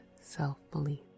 self-belief